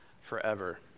forever